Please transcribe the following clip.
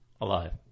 Alive